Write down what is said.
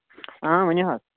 آ ؤنِو حظ